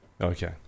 Okay